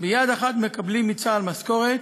"ביד אחת מקבלים מצה"ל משכורת,